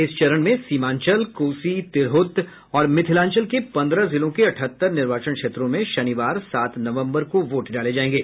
इस चरण में सीमांचल कोसी तिरहुत और मिथिलांचल के पंद्रह जिलों के अठहत्तर निर्वाचन क्षेत्रों में शनिवार सात नवम्बर को वोट डाले जाएंगे